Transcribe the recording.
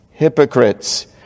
hypocrites